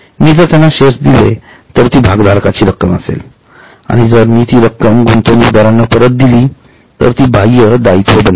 मी जर त्यांना शेअर्स दिले तर ती भागधारकांची रक्कम असेल आणि जर मी ती रक्कम गुंतवणूकदारांना परत दिली तर ती बाह्य दायित्व बनते